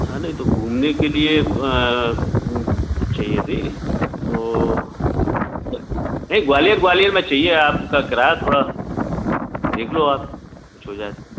हाँ नहीं तो घूमने के लिए चाहिए थी तो नहीं ग्वालियर ग्वालियर में चाहिए आपका किराया थोड़ा देख लो आप कुछ हो जाए तो